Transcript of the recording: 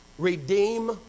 Redeem